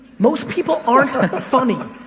most people aren't funny,